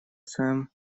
своем